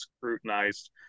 scrutinized